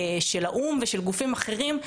של האו"ם ושל גופים אחרים,